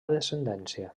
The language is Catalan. descendència